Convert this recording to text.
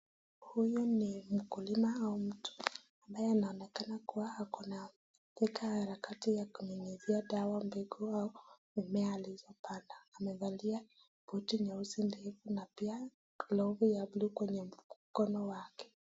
Huyu ni mkulima au mtu ambaye anaonekana kua ako na pita ya harakati ya kunyunyizia dawa mbegu au mimea alizopanda, amevalia buti nyeusi ndefu na pia glovu ya blue kwenye mkono wake.